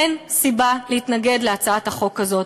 אין סיבה להתנגד להצעת החוק הזאת.